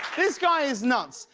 this guy is nuts.